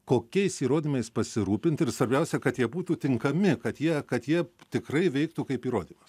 kokiais įrodymais pasirūpint ir svarbiausia kad jie būtų tinkami kad jie kad jie tikrai veiktų kaip įrodymas